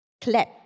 clap